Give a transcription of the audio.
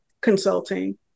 consulting